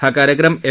हा कार्यक्रम एफ